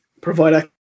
provide